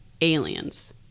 Aliens